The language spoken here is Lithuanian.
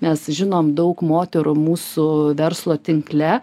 mes žinom daug moterų mūsų verslo tinkle